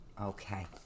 Okay